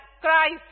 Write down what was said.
Christ